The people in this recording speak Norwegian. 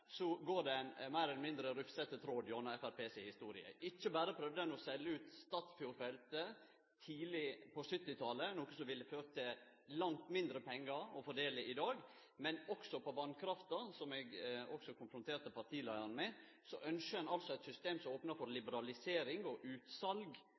går det ein meir eller mindre rufsete tråd gjennom Framstegspartiet si historie. Ikkje berre prøvde ein å selje ut Statfjord-feltet tidleg på 1970-talet, noko som ville ført til langt mindre pengar å fordele i dag, men også når det gjeld vasskrafta, som eg konfronterte partileiaren med, ynskjer ein altså eit system som opnar for